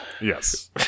Yes